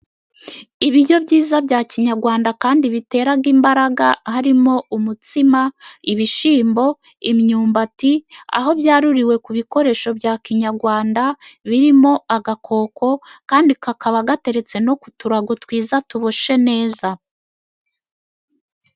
Ibiryo byiza bya kinyarwanda kandi bi bitera imbaraga harimo umutima, ibishyimbo, imyumbati, aho byaruriwe ku bikoresho bya kinyarwanda birimo agakoko. Kandi kakaba gateretse no kuturago twiza tuboshe neza.